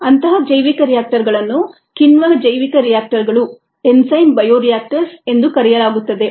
ಅಂತಹ ಜೈವಿಕ ರಿಯಾಕ್ಟರ್ಗಳನ್ನು ಕಿಣ್ವ ಜೈವಿಕ ರಿಯಾಕ್ಟರ್ಗಳು ಎಂದು ಕರೆಯಲಾಗುತ್ತದೆ